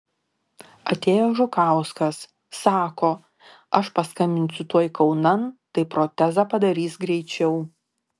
atėjo žukauskas sako aš paskambinsiu tuoj kaunan tai protezą padarys greičiau